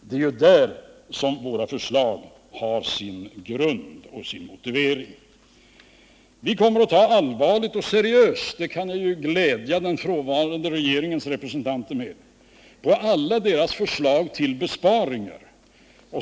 Det är där våra förslag har sin grund och sin motivering. Vi kommer att ta seriöst — det kan jag glädja den frånvarande regeringens representanter med — på alla regeringens förslag till besparingar.